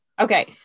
Okay